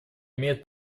имеет